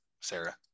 Sarah